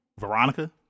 Veronica